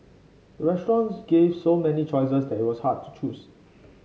the restaurant gave so many choices that it was hard to choose